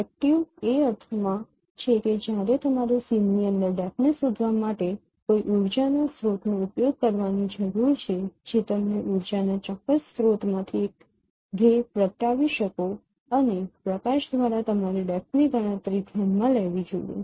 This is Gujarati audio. એક્ટિવ એ અર્થમાં છે કે અહીં તમારે સીનની અંદર ડેપ્થ ને શોધવા માટે કોઈ ઊર્જાના સ્ત્રોતનો ઉપયોગ કરવાની જરૂર છે જે તમે ઊર્જાના ચોક્કસ સ્ત્રોતમાંથી એક કિરણ પ્રગટાવી શકો અને પ્રકાશ દ્વારા તમારે ડેપ્થની ગણતરી ધ્યાનમાં લેવી જોઈએ